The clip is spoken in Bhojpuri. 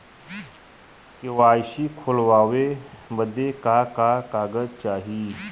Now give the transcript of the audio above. के.वाइ.सी खोलवावे बदे का का कागज चाही?